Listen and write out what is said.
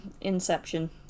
inception